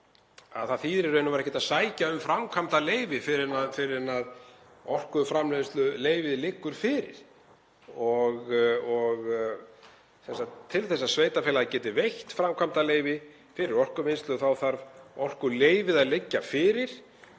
að það þýðir í raun og veru ekkert að sækja um framkvæmdaleyfi fyrr en orkuframleiðsluleyfið liggur fyrir. Til að sveitarfélagið geti veitt framkvæmdaleyfi fyrir orkuvinnslu þá þarf orkuleyfið að liggja fyrir